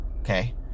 okay